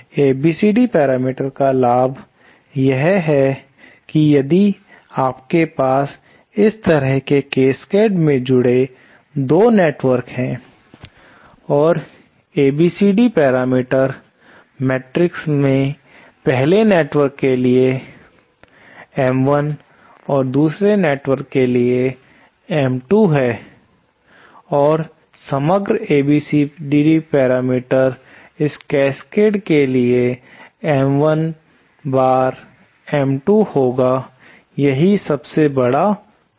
ABCD parameter का लाभ यह है कि यदि आपके पास इस तरह के कैस्केड में जुड़े 2 नेटवर्क हैं और ABCD पैरामीटर मैट्रिक्स में पहले नेटवर्क के लिए M1 और दूसरे नेटवर्क के लिए M2 है और समग्र ABCD पैरामीटर इस कैस्केड के लिए M1 बार M2 होगा यही सबसे बड़ा फायदा है